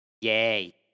Yay